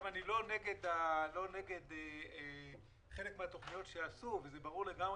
אני לא נגד חלק מן התוכניות שעשו, וברור לגמרי